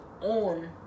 on